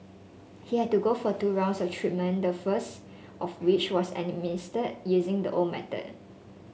he had to go for two rounds of treatment the first of which was administer using the old method